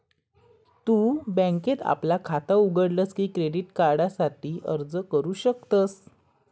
तु बँकेत आपला खाता उघडलस की क्रेडिट कार्डासाठी अर्ज करू शकतस